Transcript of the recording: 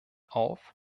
auf